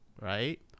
right